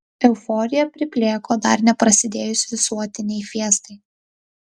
euforija priplėko dar neprasidėjus visuotinei fiestai